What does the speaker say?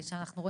אנחנו רואים